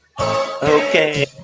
Okay